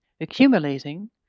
accumulating